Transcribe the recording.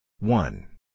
One